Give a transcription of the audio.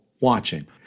watching